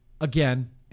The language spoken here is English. again